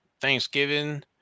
Thanksgiving